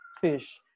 fish